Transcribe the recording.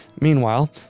Meanwhile